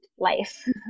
life